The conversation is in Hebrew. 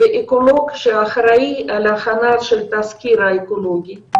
ואקולוג שאחראי על ההכנה של התסקיר האקולוגי.